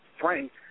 frank